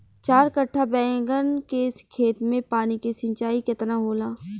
चार कट्ठा बैंगन के खेत में पानी के सिंचाई केतना होला?